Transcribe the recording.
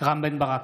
רם בן ברק,